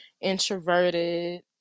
introverted